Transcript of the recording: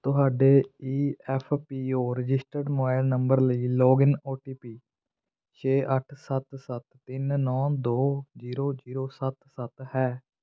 ਤੁਹਾਡੇ E F P O registered mobile number ਲਈ login O T P ਛੇ ਅੱਠ ਸੱਤ ਸੱਤ ਤਿੰਨ ਨੌ ਦੋ ਜ਼ੀਰੋ ਜ਼ੀਰੋ ਸੱਤ ਸੱਤ ਹੈ